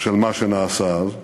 של מה שנעשה אז.